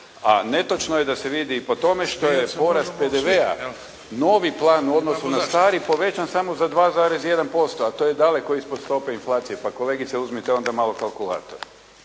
A netočno je da se vidi i po tome što je porast PDV-a novi plan u odnosu na stari povećan samo za 2,1% a to je daleko ispod stope inflacije, pa kolegice uzmite onda malo kalkulator.